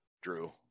Drew